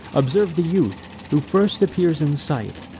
observe the youth who first appears in sight,